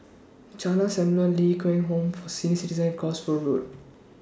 Jalan Samulun Ling Kwang Home For Senior Citizens Cosford Road